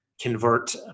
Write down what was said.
convert